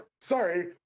Sorry